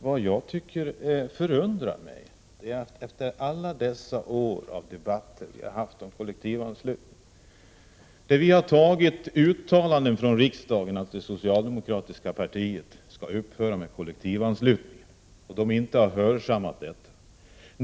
Fru talman! Vi har under åtskilliga år här i riksdagen fört debatter om kollektivanslutningen, och riksdagen har antagit uttalanden om att det socialdemokratiska partiet skall upphöra med kollektivanslutningen. Socialdemokratin har dock inte hörsammat detta.